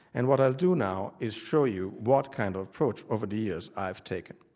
and what i'll do now is show you what kind of approach over the years i've taken.